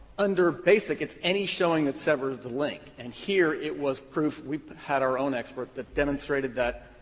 under basic, it's any showing that severs the link, and here it was proof we had our own expert that demonstrated that,